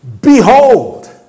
behold